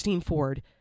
Ford